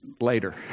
later